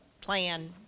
plan